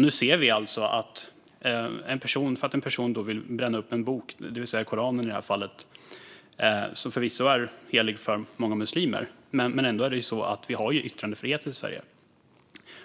Nu var det en person som ville bränna upp en bok, i det här fallet Koranen. Den är förvisso helig för många muslimer, men vi har ju ändå yttrandefrihet i Sverige.